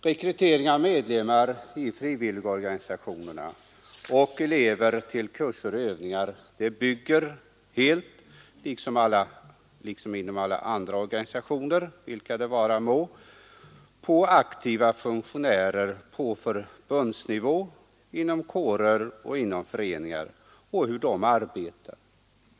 Rekrytering av medlemmar till frivilligorganisationerna och elever till kurser och övningar bygger helt — liksom inom alla organisationer, vilka det vara må — på hur aktivt funktionärerna på förbundsnivå och inom kårer och föreningar arbetar.